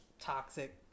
Toxic